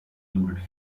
included